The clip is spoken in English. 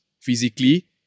physically